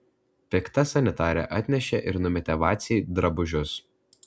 pikta sanitarė atnešė ir numetė vacei drabužius